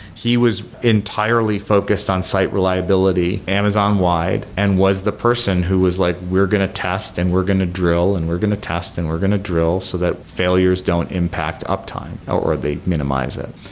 he was entirely focused on site reliability, amazon-wide, and was the person who was like, we're going to test and we're going to drill and we're going to tests and we're going to drill so that failures don't impact up time, or they minimize it.